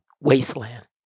wasteland